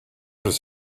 does